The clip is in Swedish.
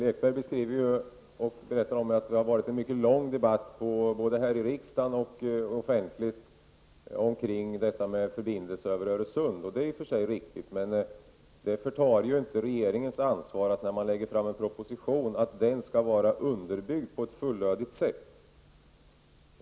Herr talman! Sören Lekberg sade att det har varit en mycket långvarig debatt omkring detta med en förbindelse över Öresund, både här i riksdagen och i andra offentliga sammanhang. Det är i och för sig riktigt, men det förtar ju inte regeringens ansvar att se till att en framlagd proposition är underbyggd på ett fullödigt sätt.